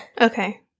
Okay